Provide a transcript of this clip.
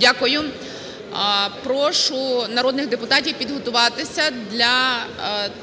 Дякую. Прошу народних депутатів підготуватися для